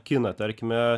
kiną tarkime